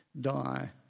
die